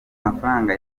mafaranga